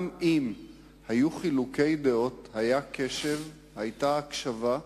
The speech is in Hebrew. גם אם היו חילוקי דעות היה קשב, היתה הקשבה,